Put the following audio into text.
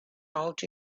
out